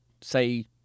say